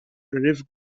roimh